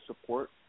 support